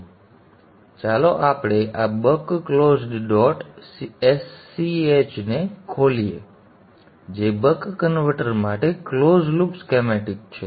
તેથી ચાલો આપણે આ બક ક્લોઝ્ડ ડોટ sch ખોલીએ જે બક કન્વર્ટર માટે ક્લોઝ લૂપ સ્કીમેટિક છે